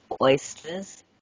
oysters